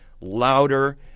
louder